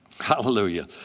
hallelujah